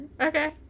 Okay